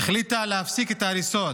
החליטה להפסיק את ההריסות,